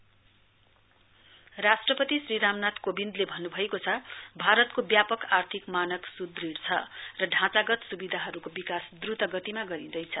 president राष्ट्रपति श्री रामनाथ कोविन्दले भन्नुभएको छ भारतको व्यापक आर्थिक मानक सुदृढ छ र ढोंचागत सुविधाहरुको विकास द्रुत गतिमा गरिँदैछ